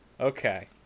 Okay